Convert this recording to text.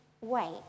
wait